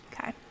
okay